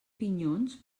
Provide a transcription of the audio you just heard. pinyons